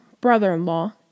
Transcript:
brother-in-law